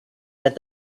that